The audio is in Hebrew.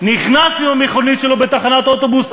נכנס עם המכונית שלו בתחנת אוטובוס,